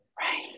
Right